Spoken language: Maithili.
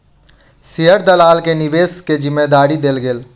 शेयर दलाल के निवेश के जिम्मेदारी देल गेलै